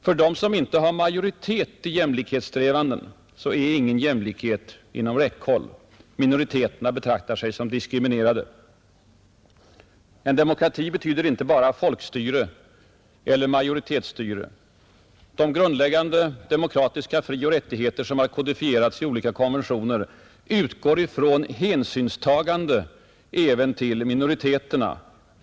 För dem som inte har ”majoritet för sina jämlikhetssträvanden” är ingen jämlikhet inom räckhåll. Minoriteterna betraktar sig som diskriminerade. En demokrati betyder inte bara folkstyre eller majoritetsstyre. De grundläggande demokratiska frioch rättigheter som kodifierats i olika konventioner utgår ifrån hänsynstagande även till minoriteterna.